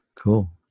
cool